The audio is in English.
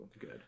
good